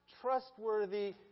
trustworthy